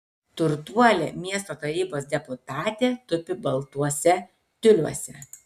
turtuolė miesto tarybos deputatė tupi baltuose tiuliuose